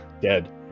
dead